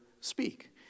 speak